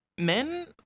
men